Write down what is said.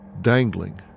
dangling